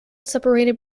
separated